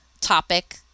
topic